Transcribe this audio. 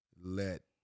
let